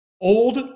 old